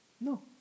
no